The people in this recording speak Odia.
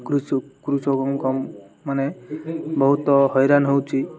କୃଷ କୃଷକଙ୍କ ମାନେ ବହୁତ ହଇରାଣ ହେଉଛି